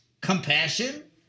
compassion